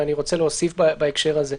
ואני רוצה להוסיף בהקשר הזה: